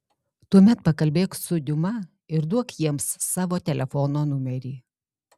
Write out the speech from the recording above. tuomet pakalbėk su diuma ir duok jiems savo telefono numerį